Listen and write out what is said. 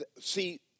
see